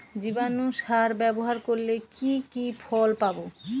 জীবাণু সার ব্যাবহার করলে কি কি ফল পাবো?